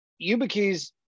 YubiKeys